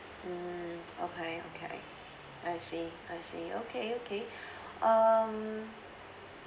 mm okay okay I see I see okay okay um